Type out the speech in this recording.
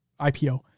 IPO